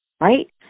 right